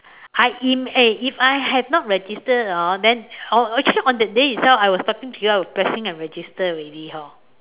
I imm~ eh if I had not registered orh then on actually on that day itself I was talking to you I was pressing and registered already hor